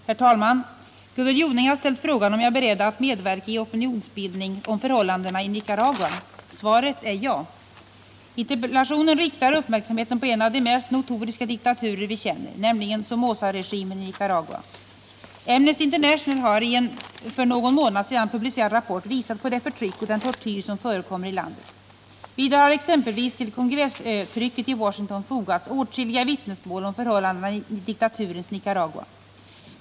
22, och anförde: Herr talman! Gunnel Jonäng har ställt frågan om jag är beredd att medverka i en opinionsbildning om förhållandena i Nicaragua. Svaret är ja. Interpellationen riktar uppmärksamheten på en av de mest notoriska diktaturer vi känner, nämligen Somozaregimen i Nicaragua. Amnesty International har i en för någon månad sedan publicerad rapport visat på det förtryck och den tortyr som förekommer i landet. Vidare har exempelvis till kongresstrycket i Washington fogats åtskilliga vittnesmål om förhållandena i diktaturens Nicaragua.